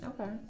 Okay